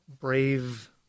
brave